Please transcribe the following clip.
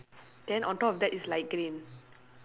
then on top of that is light green